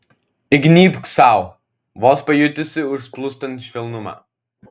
įgnybk sau vos pajutusi užplūstant švelnumą